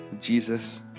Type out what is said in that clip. Jesus